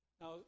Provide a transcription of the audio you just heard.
Now